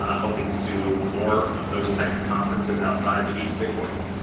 ah hoping to do more of those type of conferences outside the e-cig world.